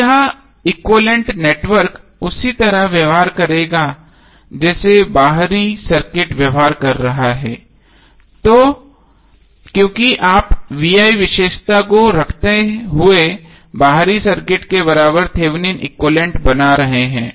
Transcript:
अब यह equivalent network उसी तरह का व्यवहार करेगा जैसे बाहरी सर्किट व्यवहार कर रहा है क्योंकि आप vi विशेषता को रखते हुए बाहरी सर्किट के बराबर थेवेनिन एक्विवैलेन्ट बना रहे हैं